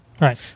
Right